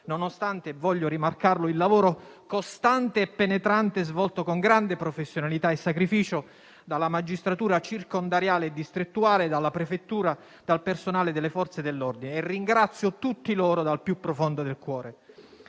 nonostante - voglio rimarcarlo - il lavoro costante e penetrante svolto con grande professionalità e sacrificio dalla magistratura circondariale e distrettuale, dalla prefettura e dal personale delle Forze dell'ordine. Ringrazio tutti loro dal più profondo del cuore.